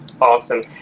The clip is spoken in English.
awesome